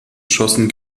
schossen